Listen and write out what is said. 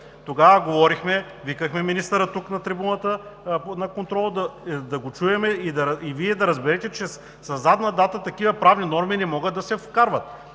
Тогава говорихме, викахме министъра тук, на трибуната, на контрол, за да го чуем и да Вие да разберете, че такива правни норми не могат да се вкарват